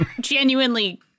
genuinely